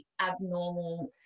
abnormal